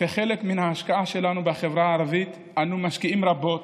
כחלק מן ההשקעה שלנו בחברה הערבית אנו משקיעים רבות